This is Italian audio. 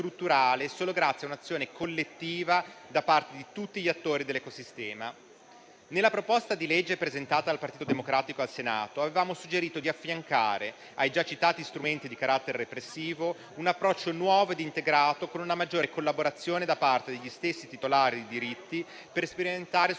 solo grazie a un'azione collettiva da parte di tutti gli attori dell'ecosistema. Nella proposta di legge presentata dal Partito Democratico al Senato avevamo suggerito di affiancare ai già citati strumenti di carattere repressivo un approccio nuovo ed integrato, con una maggiore collaborazione da parte degli stessi titolari dei diritti, per sperimentare